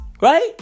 Right